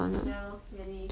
ya lor really